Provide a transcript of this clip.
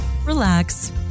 relax